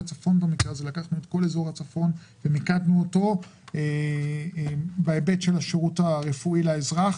לקחנו את כל אזור הצפון ומיקדנו אותו בהיבט של השירות הרפואי לאזרח.